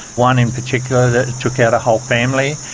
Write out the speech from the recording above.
one in particular that took out a whole family,